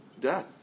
death